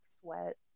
sweat